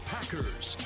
Packers